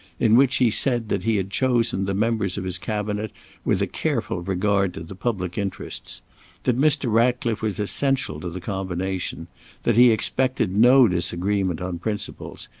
in which he said that he had chosen the members of his cabinet with a careful regard to the public interests that mr. ratcliffe was essential to the combination that he expected no disagreement on principles,